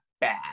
bad